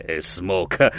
smoke